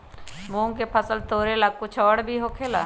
मूंग के फसल तोरेला कुछ और भी होखेला?